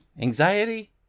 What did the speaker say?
Anxiety